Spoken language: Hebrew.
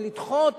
לדחות